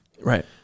Right